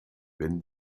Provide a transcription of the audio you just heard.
wenn